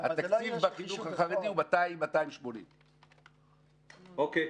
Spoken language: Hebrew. התקציב בחינוך החרדי הוא 200-280. אוקיי.